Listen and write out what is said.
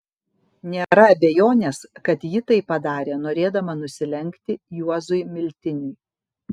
nėra abejonės kad ji tai padarė norėdama nusilenkti juozui miltiniui